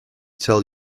tell